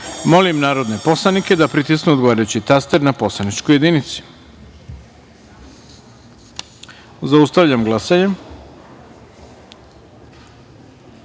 narodne poslanike da pritisnu odgovarajući taster na poslaničkoj jedinici. Zaustavljam glasanje: